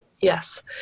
yes